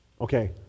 Okay